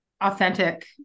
authentic